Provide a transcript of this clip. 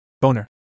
Boner